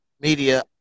media